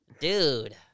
dude